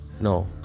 No